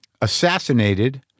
assassinated